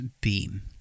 beam